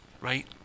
right